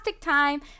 time